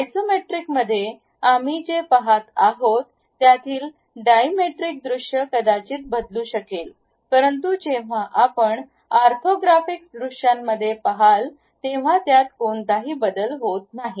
आयसोमेट्रिकमध्ये आम्ही जे पहात आहोत त्यातील डाईमेट्रिक दृश्य कदाचित बदलू शकेल परंतु जेव्हा आपण ऑर्थोग्राफिक दृश्यांकडे पहाल तेव्हा त्यात कोणताही बदल होत नाही